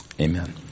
Amen